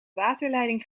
waterleiding